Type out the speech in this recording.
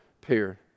pair